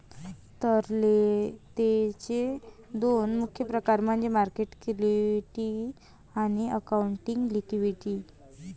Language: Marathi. तरलतेचे दोन मुख्य प्रकार म्हणजे मार्केट लिक्विडिटी आणि अकाउंटिंग लिक्विडिटी